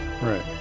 Right